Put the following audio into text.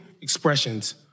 expressions